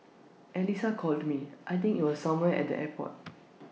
Alyssa called me I think IT was somewhere at the airport